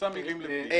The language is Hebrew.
את מכניסה מילים לפי.